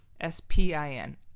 S-P-I-N